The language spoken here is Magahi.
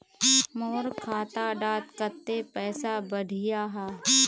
मोर खाता डात कत्ते पैसा बढ़ियाहा?